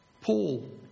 Paul